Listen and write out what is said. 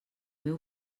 meu